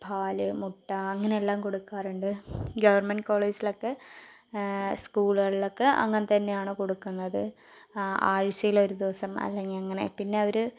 പാല് മുട്ട അങ്ങനെയെല്ലാം കൊടുക്കാറുണ്ട് ഗവർമെൻ്റ് കോളേജിലൊക്കെ സ്കൂളുകളിലൊക്കെ അങ്ങനെ തന്നെയാണ് കൊടുക്കുന്നത് ആഴ്ചയിലൊരു ദിവസം അല്ലെങ്കിൽ അങ്ങനെ പിന്നെ അവർ